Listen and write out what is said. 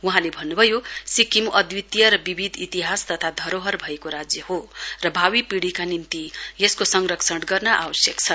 वहाँले भन्नुभयो सिक्किम अद्वितीय र विविध इतिहास तथा धरोहर भएको राज्य हो र भावी पीढिका निम्ति यसको संरक्षण गर्न आवश्यक छ